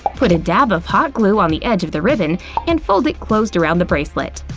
put a dab of hot glue on the edge of the ribbon and fold it closed around the bracelet.